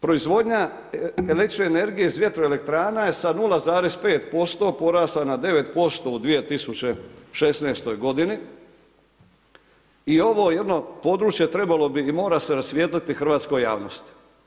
Proizvodnja električne energije iz vjetroelektrana je sa 0,5% porasla na 9% u 2016. godini i ovo jedno područje trebalo bi i mora se rasvjetliti hrvatskoj javnosti.